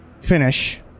finish